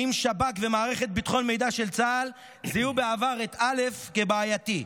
האם שב"כ ומערכת ביטחון מידע של צה"ל זיהו בעבר את א' כבעייתי?